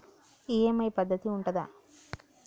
EMI పద్ధతి ఉంటదా?